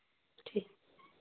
ठीक